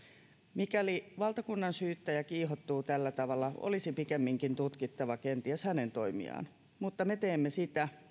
mikäli valtakunnansyyttäjä kiihottuu tällä tavalla olisi pikemminkin tutkittava kenties hänen toimiaan mutta me teemme sitä